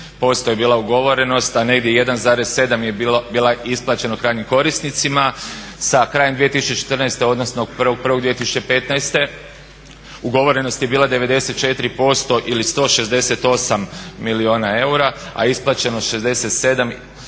15,5% je bila ugovorenost a negdje 1,7 je bila isplaćenost krajnjim korisnicima. Sa krajem 2014. odnosno 1.1.2015. ugovorenost je bila 94% ili 168 milijuna eura, a isplaćenost 67